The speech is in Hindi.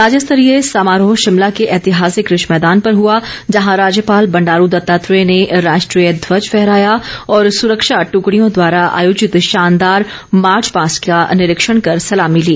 राज्य स्तरीय समारोह शिमला के ऐतिहासिक रिज मैदान पर हुआ जहां राज्यपाल बंडारू दत्तात्रेय ने राष्ट्रीय ध्वज फहराया और सुरक्षा ट्कड़ियों द्वारा आयोजित शानदार मार्च पास्ट का निरीक्षण कर सलामी ली